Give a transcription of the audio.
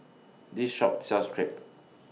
This Shop sells Crepe